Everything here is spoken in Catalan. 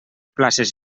places